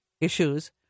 issues